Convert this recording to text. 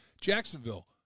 Jacksonville